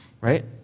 right